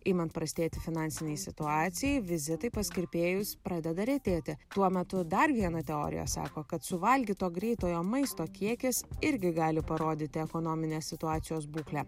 imant prastėti finansinei situacijai vizitai pas kirpėjus pradeda retėti tuo metu dar viena teorija sako kad suvalgyto greitojo maisto kiekis irgi gali parodyti ekonominės situacijos būklę